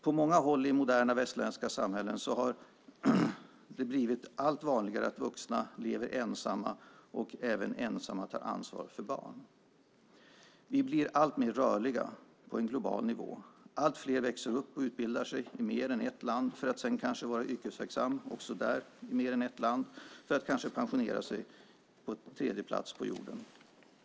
På många håll i moderna västerländska samhällen har det blivit allt vanligare att vuxna lever ensamma och även ensamma tar ansvaret för barn. Vi blir alltmer rörliga på en global nivå. Allt fler växer upp och utbildar sig i mer än ett land, för att sedan vara yrkesverksamma i mer än ett land och kanske pensionera sig på en tredje plats på jorden.